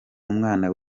umwana